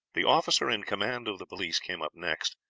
the officer in command of the police came up next,